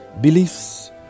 beliefs